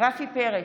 רפי פרץ,